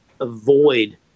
avoid